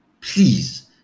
Please